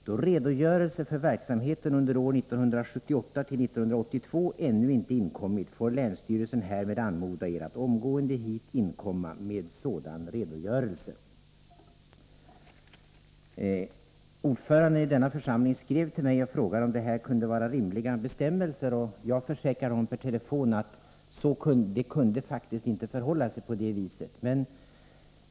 Då redogörelse för verksamheten under år 1978 1982 ännu inte inkommit, får länsstyrelsen härmed anmoda Er att omgående hit inkomma med sådan redogörelse.” Ordföranden i denna församling skrev till mig och frågade om detta kunde vara rimliga bestämmelser, och jag försäkrade honom per telefon att det inte kunde förhålla sig på det viset.